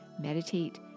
Meditate